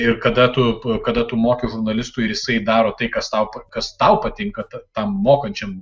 ir kada tu kada tu moki žurnalistui ir jisai daro tai kas tau kas tau patinka tam mokančiam